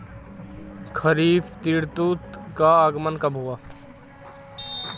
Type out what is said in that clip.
खरीफ ऋतु का आगमन कब होता है?